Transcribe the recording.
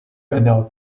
adult